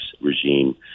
regime